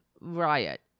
riot